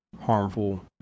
harmful